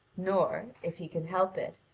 nor, if he can help it,